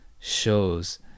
shows